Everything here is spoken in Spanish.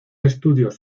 estudios